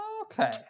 Okay